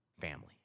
family